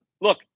look